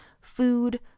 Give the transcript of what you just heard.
food